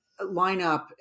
lineup